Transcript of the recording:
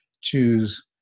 choose